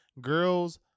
girls